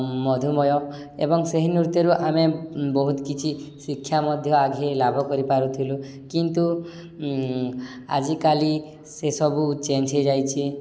ମଧୁମୟ ଏବଂ ସେହି ନୃତ୍ୟରୁ ଆମେ ବହୁତ କିଛି ଶିକ୍ଷା ମଧ୍ୟ ଆଗେଇ ଲାଭ କରିପାରୁଥିଲୁ କିନ୍ତୁ ଆଜିକାଲି ସେସବୁ ଚେଞ୍ଜ୍ ହୋଇଯାଇଛି